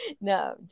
No